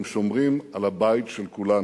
הם שומרים על הבית של כולנו.